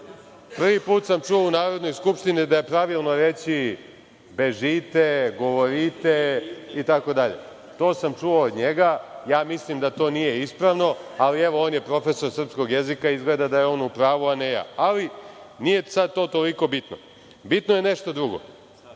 Prvi put sam čuo u Narodnoj skupštini da je pravilno reći „bežite“, „govorite“ itd. To sam čuo od njega. Mislim da to nije ispravno, ali on je profesor srpskog jezika, izgleda da je on u pravu, a ne ja. Ali, nije sad to toliko bitno. Bitno je nešto drugo.